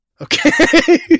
Okay